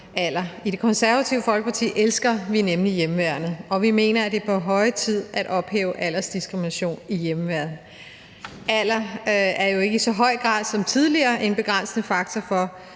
I Det Konservative Folkeparti elsker vi nemlig hjemmeværnet, og vi mener, at det er på høje tid at ophæve aldersdiskriminationen i hjemmeværnet. Alder er jo ikke i så høj grad som tidligere en begrænsende faktor,